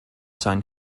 sein